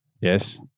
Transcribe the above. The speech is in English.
Yes